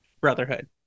brotherhood